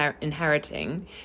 inheriting